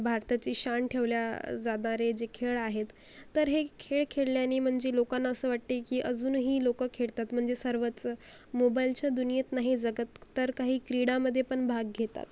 भारताची शान ठेवल्या जाणारे जे खेळ आहेत तर हे खेळ खेळल्यानी म्हणजे लोकांना असं वाटते की अजूनही लोकं खेळतात म्हणजे सर्वच मोबाईलच्या दुनियेत नाही जगत तर काही क्रीडामध्ये पण भाग घेतात